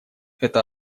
это